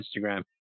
Instagram